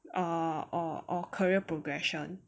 err or or career progression